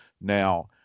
Now